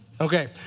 Okay